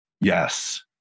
Yes